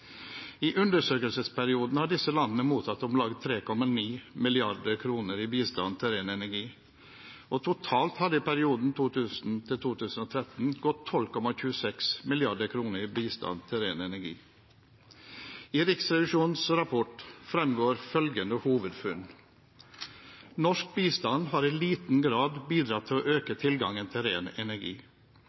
I undersøkelsesperioden har disse landene mottatt om lag 3,9 mrd. kr i bistand til ren energi. Totalt har det i perioden 2000–2013 gått 12,26 mrd. kr i bistand til ren energi. I Riksrevisjonens rapport fremgår følgende hovedfunn: Norsk bistand har i liten grad bidratt til å øke tilgangen til ren energi.